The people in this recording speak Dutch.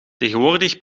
tegenwoordig